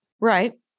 Right